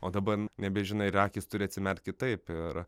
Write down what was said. o daban nebežinai ir akys turi atsimerkt kitaip ir